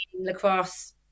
lacrosse